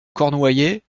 cornouaillais